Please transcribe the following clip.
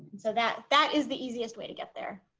so that that is the easiest way to get there.